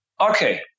okay